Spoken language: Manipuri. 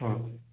ꯑꯥ